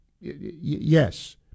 yes